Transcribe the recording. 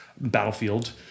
battlefield